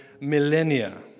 millennia